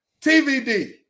TVD